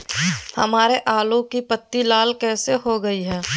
हमारे आलू की पत्ती लाल कैसे हो गया है?